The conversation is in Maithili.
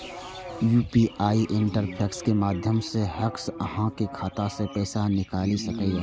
यू.पी.आई इंटरफेस के माध्यम सं हैकर्स अहांक खाता सं पैसा निकालि सकैए